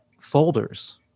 folders